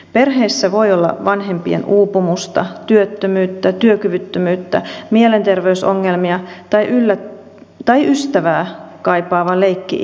perheissä voi olla vanhempien uupumusta työttömyyttä työkyvyttömyyttä mielenterveysongelmia tai ystävää kaipaava leikki ikäinen